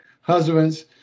husbands